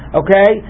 okay